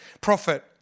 prophet